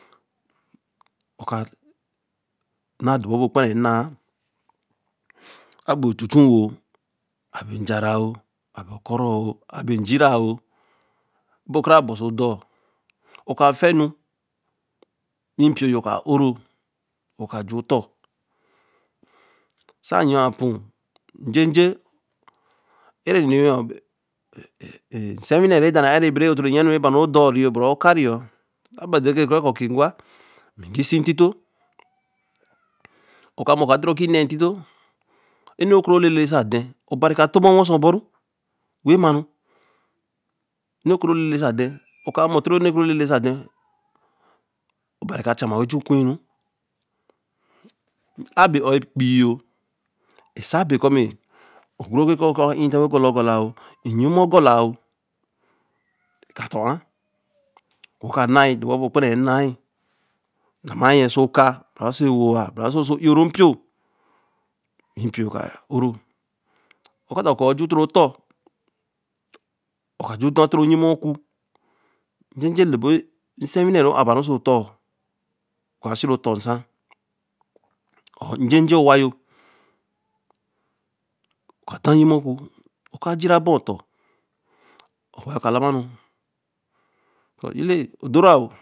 Ō ka n̄na dor boal ki pa re nn̄a o ka be ocho-choh, a be n- jara ō, ā be o buroō a bī n ejira ō e be ka ra bāan sōo odorh oka fe nu ē npiō yo ca o-ro wen ka ju otor se to a po njeje seē wii a re do re a-n̄n ere n̄ni be re ō tor re yen ē nu ra ba ru odorh be re o ka re yo, sa be den re gi se tito o ka mo kōo a den ru gi se tito ēnu re ke le le se tan̄n, obari ka to ma or wen se boru wen maru, enu re ke re telese tan̄n obari ka chan ma